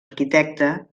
arquitecte